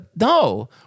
no